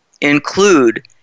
include